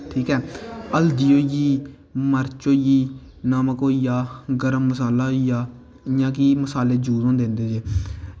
ठीक ऐ हल्दी होई गेई मर्च होई नमक होई गेआ गर्म मसाला होई गेआ इ'यां कि मसाले यूस होंदे इं'दे च